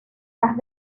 las